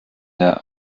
der